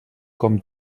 com